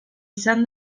izan